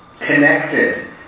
connected